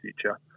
future